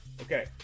Okay